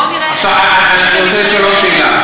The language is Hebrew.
בואו נראה איך פותרים, אני רוצה לשאול עוד שאלה.